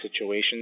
situations